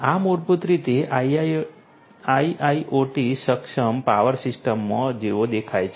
આ મૂળભૂત રીતે IIoT સક્ષમ પાવર સિસ્ટમમાં જેવો દેખાય છે